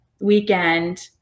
weekend